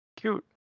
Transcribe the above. Cute